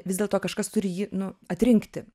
vis dėlto kažkas turi jį nu atrinkti